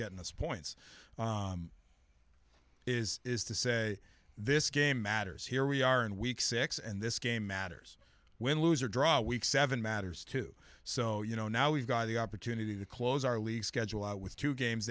getting us points is is to say this game matters here we are in week six and this game matters win lose or draw a week seven matters too so you know now we've got the opportunity to close our league schedule with two games